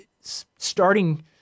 starting